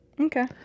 okay